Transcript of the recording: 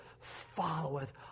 followeth